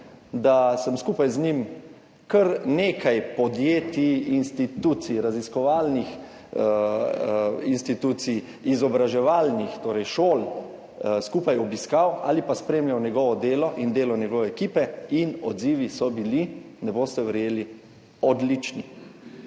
da sem skupaj z njim kar nekaj podjetij, institucij, raziskovalnih in izobraževalnih institucij, šol obiskal ali pa spremljal njegovo delo in delo njegove ekipe in odzivi so bili, ne boste verjeli, odlični,